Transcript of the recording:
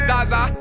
Zaza